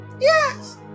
Yes